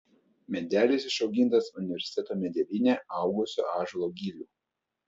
medelis išaugintas universiteto medelyne augusio ąžuolo gilių